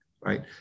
right